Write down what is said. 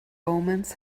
omens